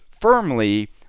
firmly